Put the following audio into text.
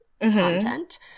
content